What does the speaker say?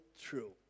true